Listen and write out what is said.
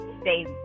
stay